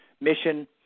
mission